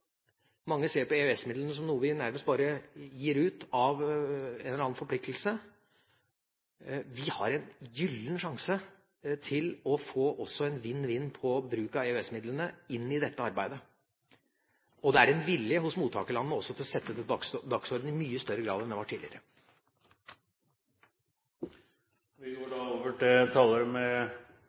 gir ut av en eller annen forpliktelse. Vi har en gyllen sjanse til å få en vinn-vinn-situasjon på bruk av midlene i dette arbeidet. Det er i mye større grad enn tidligere en vilje hos mottakerlandene til å sette dette på dagsordenen. Takk til Høybråten som løfter temaet menneskehandel inn i vårt politiske arbeid. Det har tidligere vært mange debatter om dette, men det